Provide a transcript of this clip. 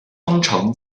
方程